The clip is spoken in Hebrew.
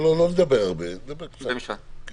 המשמעות של